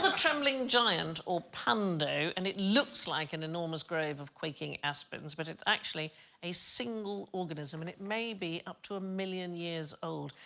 trembling giant or pando and it looks like an enormous grave of quaking aspen's but it's actually a single organism and it may be up to a million years old.